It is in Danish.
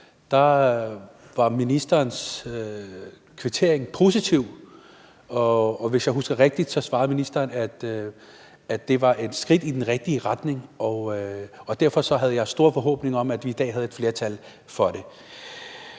og at ministeren, hvis jeg husker rigtigt, svarede, at det var et skridt i den rigtige retning, og derfor havde jeg en stor forhåbning om, at vi i dag havde et flertal for det.